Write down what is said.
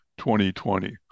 2020